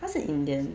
他是 indian